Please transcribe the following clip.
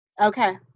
Okay